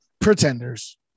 pretenders